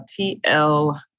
TL